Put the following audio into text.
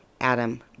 Adam